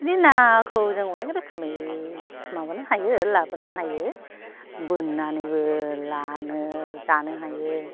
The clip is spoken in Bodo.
बे नाखौ जों अनेक रोखोमै माबानो हायो लाबोनो हायो बोननानैबो लाङो जानो हायो